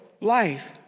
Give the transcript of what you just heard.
life